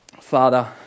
Father